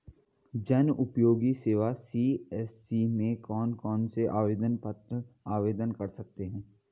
जनउपयोगी सेवा सी.एस.सी में कौन कौनसे आवेदन पत्र आवेदन कर सकते हैं?